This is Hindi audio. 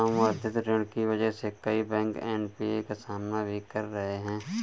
संवर्धित ऋण की वजह से कई बैंक एन.पी.ए का सामना भी कर रहे हैं